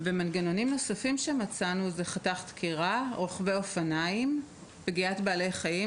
ומנגנונים נוספים שמצאנו הם חתך דקירה; רוכבי אופניים; פגיעת בעלי חיים,